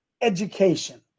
education